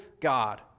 God